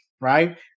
right